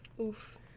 Oof